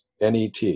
NET